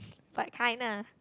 what kind lah